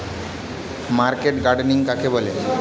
Market gardening কাকে বলে?